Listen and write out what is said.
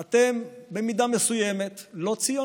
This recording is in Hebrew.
אתם, במידה מסוימת, לא ציונים.